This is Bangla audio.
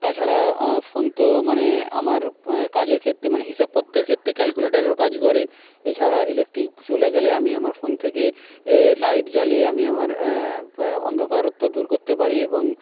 তাছাড়া ফোন তো মানে আমার কাজের ক্ষেত্রে মানে হিসাব পত্তের ক্ষেত্রে ক্যালকুলেটরের কাজ করে এছাড়া ইলেকট্রিক চলে গেলে আমি আমার ফোন থেকে লাইট জ্বালিয়ে আমি আমার অন্ধকারত্ব দূর করতে পারি এবং